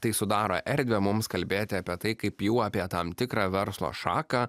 tai sudaro erdvę mums kalbėti apie tai kaip jau apie tam tikrą verslo šaką